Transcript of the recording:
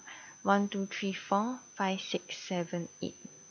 one two three four five six seven eight